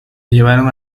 llevaron